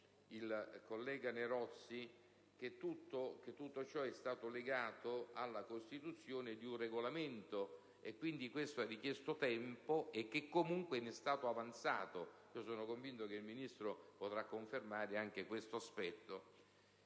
che tutto ciò è stato legato alla definizione di un Regolamento. Quindi, questo ha richiesto tempo e, comunque, è in stato avanzato. Io sono convinto che il Ministro potrà confermare anche questo aspetto.